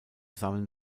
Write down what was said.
sammeln